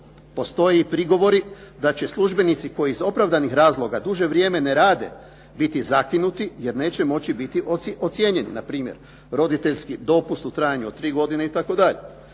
Postoje i prigovori da će službenici koji iz opravdanih razloga duže vrijeme ne rade biti zakinuti jer neće moći biti ocijenjeni. Na primjer, roditeljski dopust u trajanju od tri godine itd.